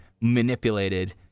manipulated